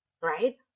right